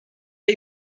der